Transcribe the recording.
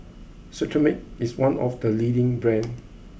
Cetrimide is one of the leading brands